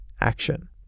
action